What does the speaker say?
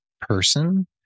person